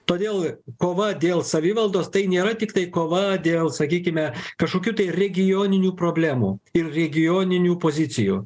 todėl kova dėl savivaldos tai nėra tiktai kova dėl sakykime kažkokių tai regioninių problemų ir regioninių pozicijų